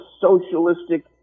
socialistic